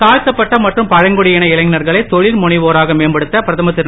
தாழ்த்தப்பட்ட மற்றும் பழங்குடியின இனைஞர்களை தொழில் முனைவோராக மேம்படுத்த பிரதமர் திரு